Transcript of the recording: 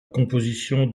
composition